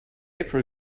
april